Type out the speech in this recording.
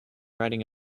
riding